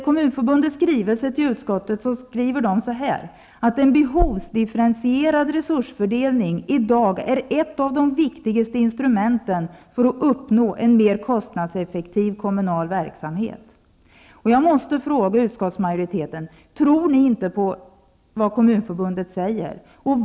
Kommunförbundet att ''en behovsdifferentierad resursfördelning idag är ett av de viktigaste instrumenten för att uppnå en mer kostnadseffektiv kommunal verksamhet.'' Jag måste fråga utskottsmajoriteten: Tror ni inte på vad Kommunförbundet säger?